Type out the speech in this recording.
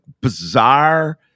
bizarre